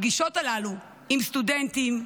הפגישות הללו עם סטודנטים,